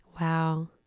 Wow